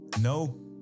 No